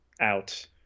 out